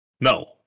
No